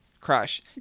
crush